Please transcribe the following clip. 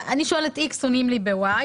אני שואלת איקס ועונים לי ב-ואי